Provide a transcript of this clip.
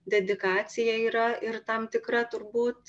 dedikacija yra ir tam tikra turbūt